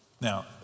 Now